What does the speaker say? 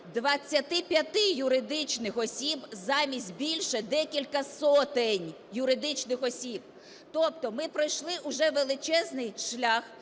25 юридичних осіб замість більше декількох сотень юридичних осіб! Тобто ми пройшли уже величезний шлях